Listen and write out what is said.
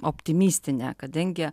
optimistinė kadangi